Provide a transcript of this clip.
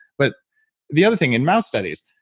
but the other thing, in mouse studies,